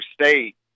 State